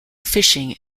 fishing